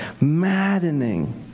maddening